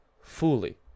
fully